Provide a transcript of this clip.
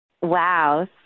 wow